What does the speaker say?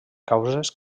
causes